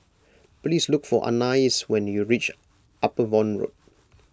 please look for Anais when you reach Upavon Road